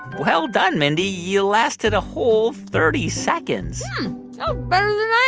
well done, mindy. you lasted a whole thirty seconds you know but